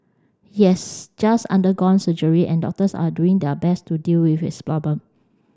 he has just undergone surgery and doctors are doing their best to deal with his problem